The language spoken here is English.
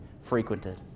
frequented